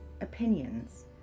opinions